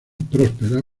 próspera